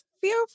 feel